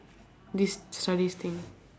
this studies thing